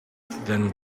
than